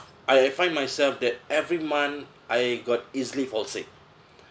I find myself that every month I got easily fall sick